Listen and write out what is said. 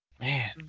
man